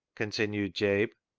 continued jabe.